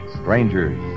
strangers